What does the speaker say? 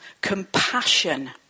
compassion